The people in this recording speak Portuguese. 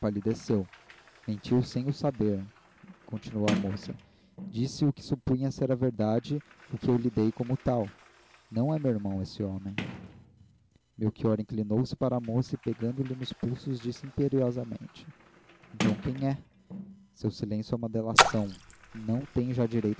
empalideceu mentiu sem o saber continuou a moça disse o que supunha ser verdade o que eu lhe dei como tal não é meu irmão esse homem melchior inclinou-se para a moça e pegando-lhe nos pulsos disse imperiosamente então quem é seu silêncio é uma delação não tem